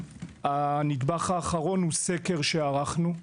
הנדבך האחרון הוא סקר שערכנו.